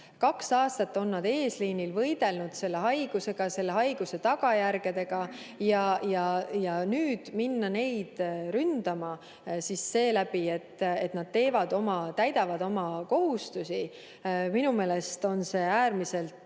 Kaks aastat on nad eesliinil võidelnud selle haigusega, selle haiguse tagajärgedega, ja nüüd rünnata neid seetõttu, et nad täidavad oma kohustusi – minu meelest on see äärmiselt